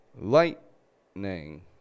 lightning